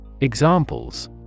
Examples